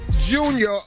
Junior